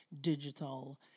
digital